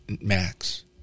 Max